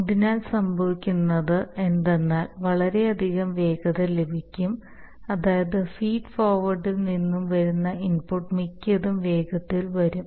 അതിനാൽ സംഭവിക്കുന്നത് എന്തെന്നാൽ വളരെയധികം വേഗത ലഭിക്കും അതായത് ഫീഡ് ഫോർവേഡിൽ നിന്നും വരുന്ന ഇൻപുട്ട് മിക്കതും വേഗത്തിൽ വരും